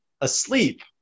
asleep